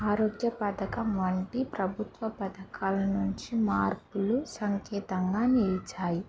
ఆరోగ్య పథకం వంటి ప్రభుత్వ పథకాల నుంచి మార్పులు సంకేతంగా నేర్చాయి